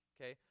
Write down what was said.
Okay